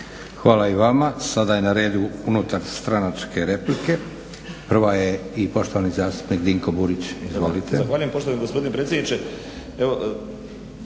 Hvala i vama. Sada je na redu unutar stranačke replike. Prva je i poštovani zastupnik Dinko Burić, izvolite.